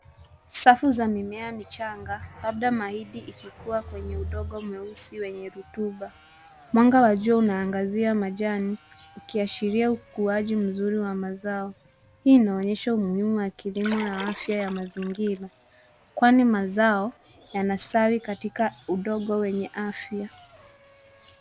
Safu za mimea michanga labda mahindi ikikua kwenye udongo mweusi wenye rotuba. Mwanga wa jua ungaazia majani ukiashiria ukuuaji mzuri wa mazao. Hili linaonyesha umuhimu wa kilimo na afya ya mazingira, kwani mazao yanastawi katika udongo wenye afya.